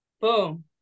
Boom